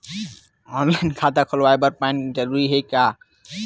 Online खाता खुलवाय बर पैन जरूरी हे का?